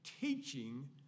teaching